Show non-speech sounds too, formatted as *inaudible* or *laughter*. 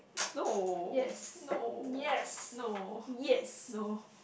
*noise* no no no no